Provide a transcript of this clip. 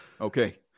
Okay